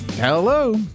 Hello